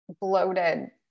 bloated